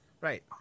right